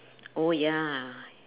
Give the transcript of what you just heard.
oh ya